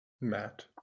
Matt